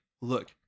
look